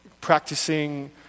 practicing